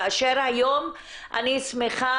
כאשר היום אני שמחה,